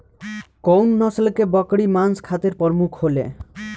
कउन नस्ल के बकरी मांस खातिर प्रमुख होले?